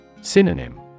Synonym